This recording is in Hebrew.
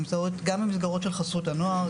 גם במסגרות של חסות הנוער,